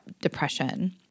depression